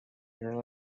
your